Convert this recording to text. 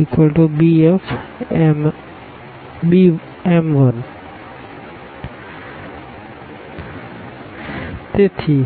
Am×nxn×1bm×1 તેથી